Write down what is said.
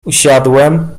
usiadłem